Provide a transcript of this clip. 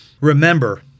Remember